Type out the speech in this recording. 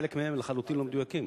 חלק מהם לחלוטין לא מדויקים.